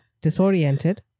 disoriented